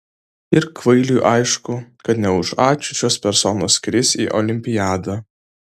ir kvailiui aišku kad ne už ačiū šios personos skris į olimpiadą